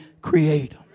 creator